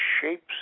shapes